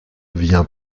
vient